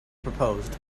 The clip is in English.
proposed